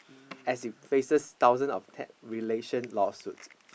as you places thousands of talc relation lawsuit